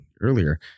earlier